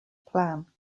plan